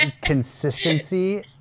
consistency